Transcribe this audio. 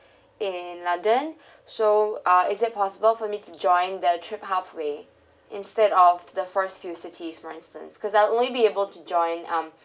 in london so uh is it possible for me to join their trip halfway instead of the first few cities for instance because I'll only be able to join um